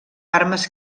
armes